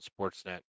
Sportsnet